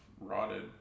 rotted